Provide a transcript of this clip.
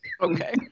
Okay